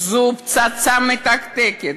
זו פצצה מתקתקת.